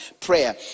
prayer